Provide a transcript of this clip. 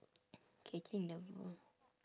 K K never